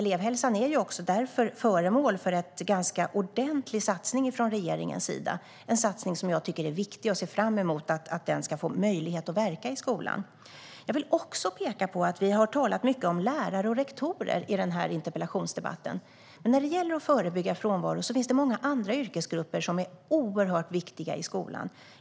Därför är elevhälsan också föremål för en ganska ordentlig satsning från regeringens sida, en satsning som jag tycker är viktig. Jag ser fram emot att den ska få möjlighet att verka i skolan. Jag vill också peka på att vi har talat mycket om lärare och rektorer i den här interpellationsdebatten. Men när det gäller att förebygga frånvaro finns det många andra yrkesgrupper som är oerhört viktiga i skolan.